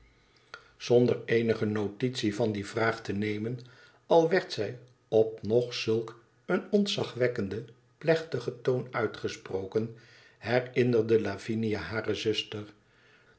zonder eenige notitie van die vraag te nemen al werd zij op nog zulk een ontzagwekkenden plechtigen toon uitgesproken herinnerde lavinia hare zuster